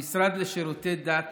המשרד לשירותי דת